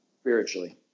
spiritually